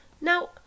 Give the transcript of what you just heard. Now